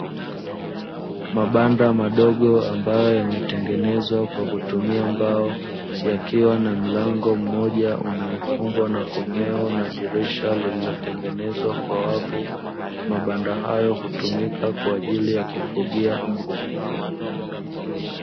Mabanda madogo ambayo yametengenezwa kwa kutumia mbao, yakiwa na mlango mmoja unaofungwa na komeo na dirisha lililotengenezwa kwa wavu. Mabanda hayo hutumika kwa ajili ya kufugia mbwa.